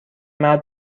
مرد